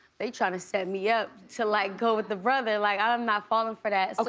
they tryna set me up to like go with the brother, like i'm not falling for that, so